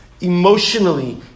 emotionally